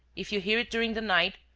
if you hear it during the night,